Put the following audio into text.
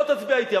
בוא תצביע אתי.